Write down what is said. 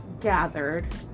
gathered